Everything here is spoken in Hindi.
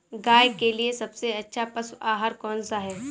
गाय के लिए सबसे अच्छा पशु आहार कौन सा है?